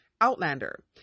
Outlander